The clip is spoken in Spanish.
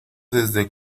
desde